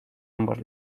ambos